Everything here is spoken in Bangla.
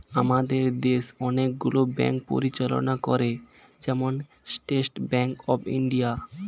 আমাদের দেশ অনেক গুলো ব্যাঙ্ক পরিচালনা করে, যেমন স্টেট ব্যাঙ্ক অফ ইন্ডিয়া